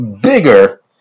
bigger